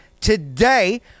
today